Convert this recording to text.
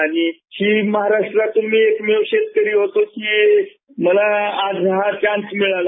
आणि मी महाराष्ट्रातून एकमेव शेतकरी होतो की मला हा चान्स मिळाला